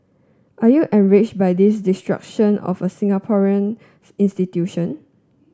are you enraged by this destruction of a Singaporean institution